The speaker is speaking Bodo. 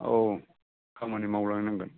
औ खामानि मावलांनांगोन